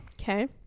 Okay